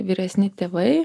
vyresni tėvai